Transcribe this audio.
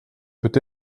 peut